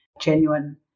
genuine